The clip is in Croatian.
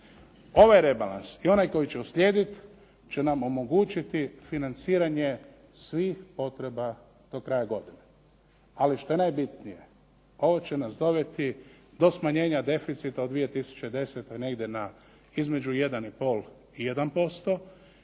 Ovaj rebalans i onaj koji će uslijediti će nam omogućiti financiranje svih potreba do kraja godine. Ali što je najbitnije ovo će nas dovesti do smanjenja deficita od 2010. negdje na između 1,5 i 1%